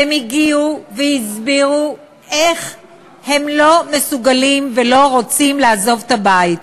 והם הגיעו והסבירו איך הם לא מסוגלים ולא רוצים לעזוב את הבית.